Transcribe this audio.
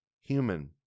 human